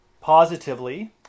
positively